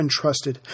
untrusted